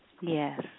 Yes